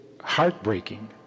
heartbreaking